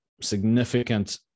significant